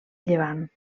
llevant